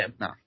no